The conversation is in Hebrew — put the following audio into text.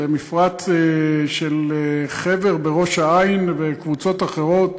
זה מפרט של "חבר" בראש-העין וקבוצות אחרות,